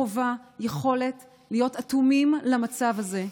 חובה, יכולת, להיות אטומים למצב הזה.